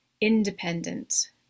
independent